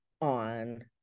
on